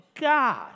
God